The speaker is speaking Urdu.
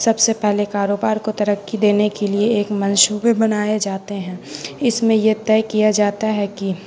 سب سے پہلے کاروبار کو ترقی دینے کے لیے ایک منصوبے بنائے جاتے ہیں اس میں یہ طے کیا جاتا ہے کہ